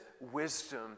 wisdom